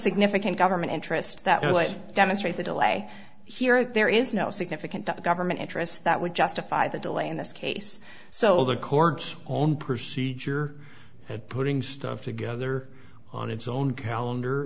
significant government interest that would demonstrate the delay here that there is no significant up government interest that would justify the delay in this case so the court's own procedure and putting stuff together on its own calendar